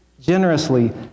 generously